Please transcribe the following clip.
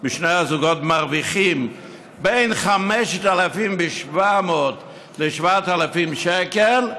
משני הזוגות, מרוויח בין 5,700 ל-7,000 שקל,